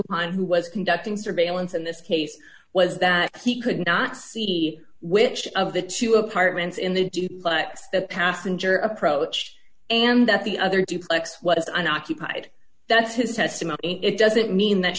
early on who was conducting surveillance in this case was that he could not see which of the two apartments in the duplex the passenger approach and that the other duplex what is on occupied that's his testimony it doesn't mean that